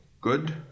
good